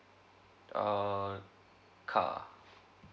err car